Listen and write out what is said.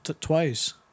Twice